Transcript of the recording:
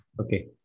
Okay